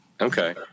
Okay